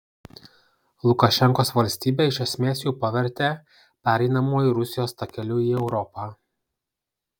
lukašenkos valstybę iš esmės jau pavertė pereinamuoju rusijos takeliu į europą